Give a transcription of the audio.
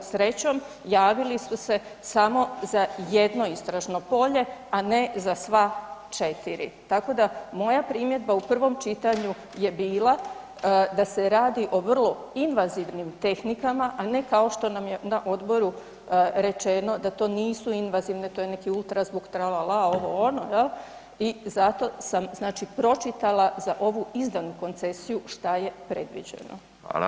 Srećom, javili su se samo za jedno istražno polje a ne za sva 4. Tako da, moja primjedba u prvom čitanju je bila da se radi o vrlo invazivnim tehnika a ne kao što nam je na odboru rečeno da to nisu invazivne, to je neki ultrazvuk, tralala, ovo, ono, jel, i zato sam, znači pročitala za ovu izdanu koncesiju šta je predviđeno.